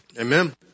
Amen